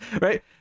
right